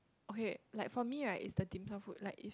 okay like for me right is the dim sum food like if